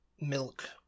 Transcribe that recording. milk